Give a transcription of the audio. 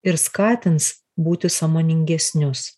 ir skatins būti sąmoningesnius